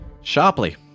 Sharply